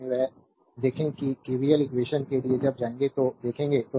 बाद में जब देखें कि केवीएल इक्वेशन के लिए कब जाएंगे तो देखेंगे